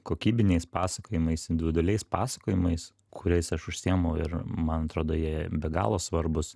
kokybiniais pasakojimais individualiais pasakojimais kuriais aš užsiemu ir man atrodo jie be galo svarbūs